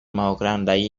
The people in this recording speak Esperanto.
malgrandaj